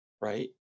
right